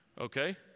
Okay